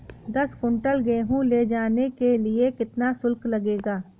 दस कुंटल गेहूँ ले जाने के लिए कितना शुल्क लगेगा?